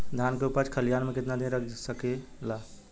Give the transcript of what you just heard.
धान के उपज खलिहान मे कितना दिन रख सकि ला?